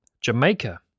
Jamaica